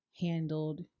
handled